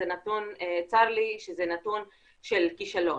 צר לי שזה נתון של כישלון.